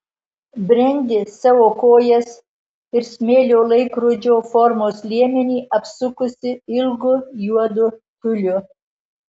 brendi savo kojas ir smėlio laikrodžio formos liemenį apsukusi ilgu juodu tiuliu